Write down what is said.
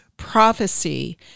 prophecy